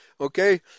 okay